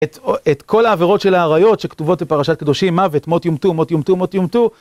את כל העבירות של ההריות שכתובות בפרשת קדושי מוות, מות יומתו, מות יומתו, מות יומתו.